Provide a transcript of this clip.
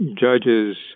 Judges